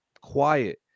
quiet